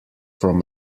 from